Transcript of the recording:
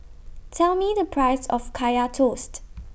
Tell Me The Price of Kaya Toast